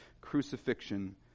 crucifixion